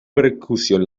percusión